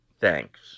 Thanks